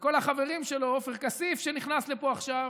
וכל החברים שלו, ועופר כסיף, שנכנס לפה עכשיו,